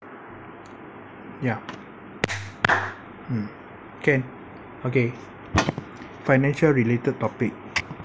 ya mm can okay financial related topic